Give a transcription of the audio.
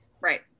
Right